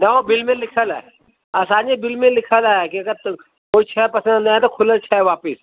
न ओ बिल में लिखयल आहे असांजे बिल में लिखल आहे की अगरि क कोई शइ पसंदि न आहे त खुलयल शइ वापिसि